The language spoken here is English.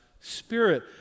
spirit